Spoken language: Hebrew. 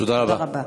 תודה רבה.